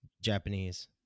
Japanese